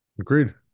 Agreed